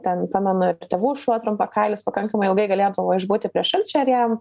ten pamenu ir tėvų šuo trumpakailis pakankamai ilgai galėdavo išbūti prie šalčio ir jam